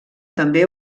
també